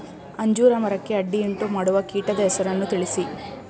ಅಂಜೂರ ಮರಕ್ಕೆ ಅಡ್ಡಿಯುಂಟುಮಾಡುವ ಕೀಟದ ಹೆಸರನ್ನು ತಿಳಿಸಿ?